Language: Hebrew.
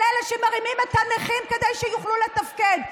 של אלה שמרימים את הנכים כדי שיוכלו לתפקד.